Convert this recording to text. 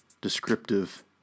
descriptive